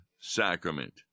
sacrament